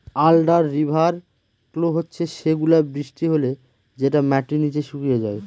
under river flow হচ্ছে সেগুলা বৃষ্টি হলে যেটা মাটির নিচে শুকিয়ে যায়